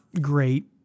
great